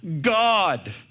God